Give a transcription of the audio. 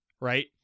right